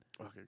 Okay